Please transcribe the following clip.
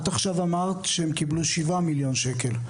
את עכשיו אמרת שהם קיבלו 7 מיליון שקל.